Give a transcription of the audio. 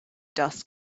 dust